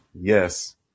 Yes